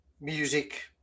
Music